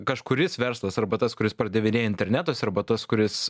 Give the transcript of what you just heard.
kažkuris verslas arba tas kuris pardavinėja internetuose arba tas kuris